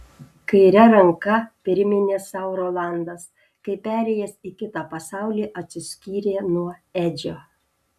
kaire ranka priminė sau rolandas kai perėjęs į kitą pasaulį atsiskyrė nuo edžio